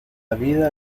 vida